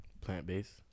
plant-based